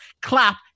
clap